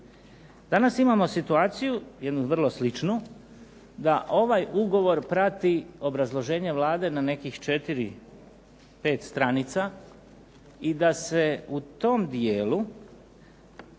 Danas imamo situaciju jednu vrlo sličnu, da ovaj ugovor prati obrazloženje Vlade na nekih 4, 5 stranica i da se u tom dijelu